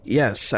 yes